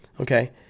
okay